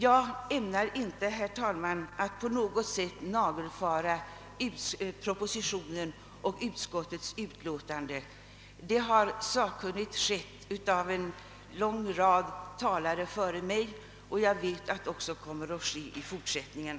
Jag ämnar inte, herr talman, nagelfara propositionen och utskottets utlåtande; det har sakkunnigt utförts av en lång rad talare före mig, och jag vet att det också kommer att ske i fortsättningen.